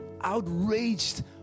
outraged